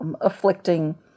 afflicting